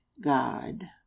god